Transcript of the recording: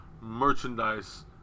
merchandise